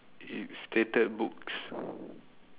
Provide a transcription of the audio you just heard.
it stated books